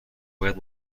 باید